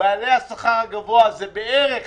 בעלי השכר הגבוה, זה בערך